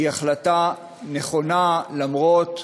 היא החלטה נכונה, למרות,